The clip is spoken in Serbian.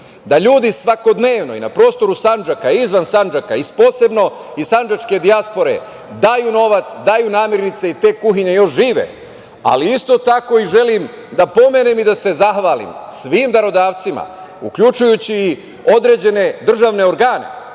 da ljudi svakodnevno i na prostoru Sandžaka i izvan Sandžaka, i posebno iz sandžačke dijaspore, daju novac, daju namirnice i te kuhinje još žive. Isto tako, želim da pomenem i da se zahvalim svim darodavcima, uključujući određene državne organe